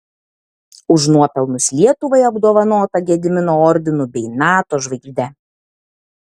už nuopelnus lietuvai apdovanota gedimino ordinu bei nato žvaigžde